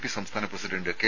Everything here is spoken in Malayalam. പി സംസ്ഥാന പ്രസിഡന്റ് കെ